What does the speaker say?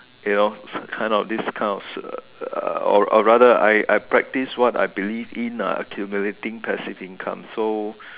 you know kind of this kind of uh or or rather I practice what I believe in ah accumulating passive income so